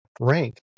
rank